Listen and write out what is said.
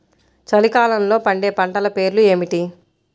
చలికాలంలో పండే పంటల పేర్లు ఏమిటీ?